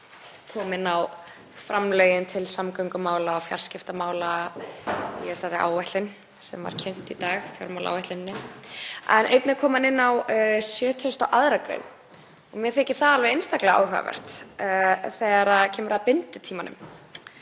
kom inn á framlögin til samgöngumála og fjarskiptamála í þeirri áætlun sem var kynnt í dag, fjármálaáætluninni. Einnig kom hann inn á 72. gr. Mér þykir það alveg einstaklega áhugavert þegar kemur að binditímanum.